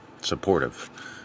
supportive